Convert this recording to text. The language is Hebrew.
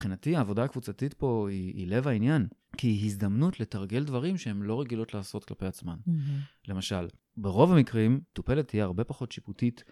מבחינתי, העבודה הקבוצתית פה היא לב העניין, כי היא הזדמנות לתרגל דברים שהן לא רגילות לעשות כלפי עצמן. למשל, ברוב המקרים, מטופלת היא הרבה פחות שיפוטית.